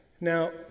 Now